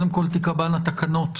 תיקבענה תקנות